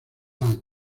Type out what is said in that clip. dan